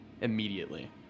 immediately